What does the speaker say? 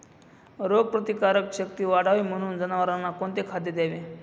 रोगप्रतिकारक शक्ती वाढावी म्हणून जनावरांना कोणते खाद्य द्यावे?